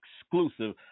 exclusive